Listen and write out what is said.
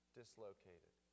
dislocated